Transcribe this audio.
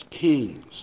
kings